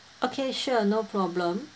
okay sure no problem